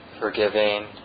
forgiving